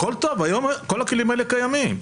הכול טוב, היום כל הכלים האלה קיימים.